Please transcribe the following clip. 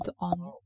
on